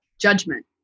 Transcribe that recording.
judgment